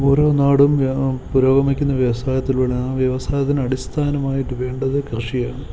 ഓരോ നാടും പുരോഗമിക്കുന്നത് വ്യവസായത്തിലൂടെയാണ് ആ വ്യവസായത്തിന് അടിസ്ഥാനമായിട്ട് വേണ്ടത് കൃഷിയാണ്